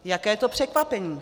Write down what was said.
Jaké to překvapení!